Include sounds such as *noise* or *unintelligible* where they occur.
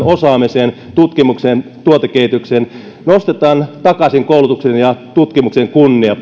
*unintelligible* osaamiseen tutkimukseen tuotekehitykseen nostetaan takaisin ja palautetaan koulutuksen ja tutkimuksen kunnia *unintelligible*